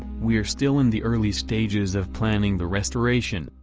we're still in the early stages of planning the restoration,